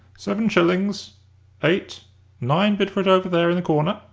seven shillings eight nine bid for it over there in the corner,